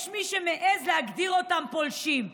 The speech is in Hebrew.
יש מי שמעז להגדיר אותם פולשים,